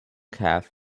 calf